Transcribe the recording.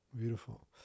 beautiful